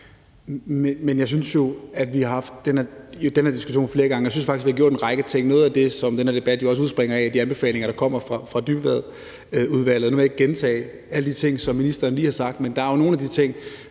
(S): Jeg synes jo, at vi har haft den her diskussion flere gange, og jeg synes faktisk, vi har gjort en række ting. Noget af det, som den her debat også udspringer af, er de anbefalinger, der kommer fra Dybvadudvalget. Nu vil jeg ikke gentage alle de ting, som ministeren lige har sagt, men det er jo nogle af de ting,